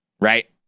Right